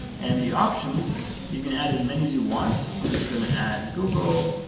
and the options, you can add as many as you want. i'm just going to add google,